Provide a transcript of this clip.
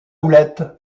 houlette